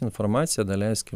informacija daleiskim